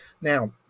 now